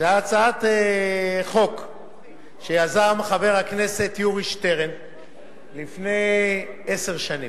זו הצעת חוק שיזם חבר הכנסת יורי שטרן לפני עשר שנים.